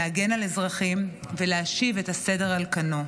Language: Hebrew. להגן על אזרחים ולהשיב את הסדר על כנו.